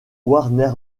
warner